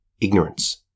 Ignorance